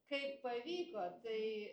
kaip pavyko tai